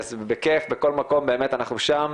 אז בכיף, בכל מקום באמת אנחנו שם,